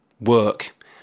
work